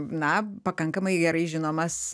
na pakankamai gerai žinomas